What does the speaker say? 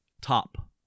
Top